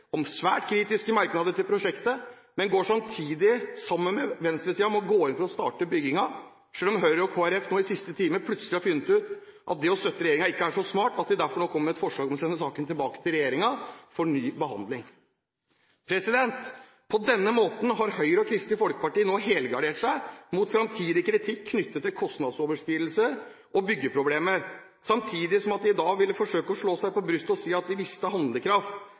om svært kritiske merknader til prosjektet, men går samtidig sammen med venstresiden om å gå inn for å starte byggingen, selv om Høyre og Kristelig Folkeparti nå i siste time plutselig har funnet ut at det å støtte regjeringen ikke er så smart, og at de derfor nå kommer med et forslag om å sende saken tilbake til regjeringen for ny behandling. På denne måten har Høyre og Kristelig Folkeparti nå helgardert seg mot fremtidig kritikk knyttet til kostnadsoverskridelser og byggeproblemer, samtidig som de i dag vil forsøke å slå seg på brystet og si at de viste handlekraft.